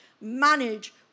manage